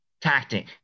tactic